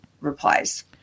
replies